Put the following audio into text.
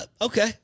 Okay